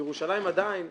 בירושלים עדיין,